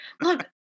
Look